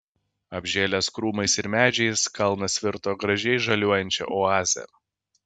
apžėlęs krūmais ir medžiais kalnas virto gražiai žaliuojančia oaze